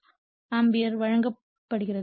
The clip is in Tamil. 5 ஆம்பியர் வழங்கப்படுகிறது